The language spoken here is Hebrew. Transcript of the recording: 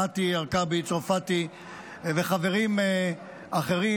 מטי צרפתי הרכבי וחברים אחרים,